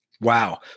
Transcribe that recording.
Wow